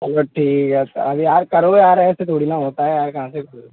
चलो ठीक है अब यार करो यार ऐसे थोड़ी ना होता है आए कहाँ से फिर